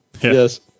Yes